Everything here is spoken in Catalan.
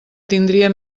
tindria